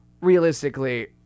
realistically